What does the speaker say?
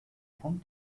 from